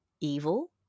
evil